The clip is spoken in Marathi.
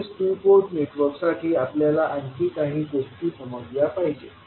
तसेच टू पोर्ट नेटवर्कसाठी आपल्याला आणखी काही गोष्टी समजल्या पाहिजेत